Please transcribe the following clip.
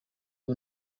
ubu